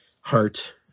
heart